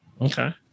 Okay